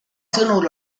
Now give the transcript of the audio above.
sõnul